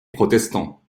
protestant